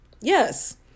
Yes